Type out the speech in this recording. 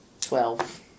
Twelve